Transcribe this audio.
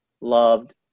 loved